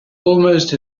almost